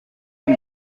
ngo